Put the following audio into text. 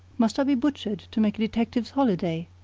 must i be butchered to make a detective's holiday?